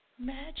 Magic